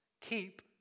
keep